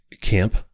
camp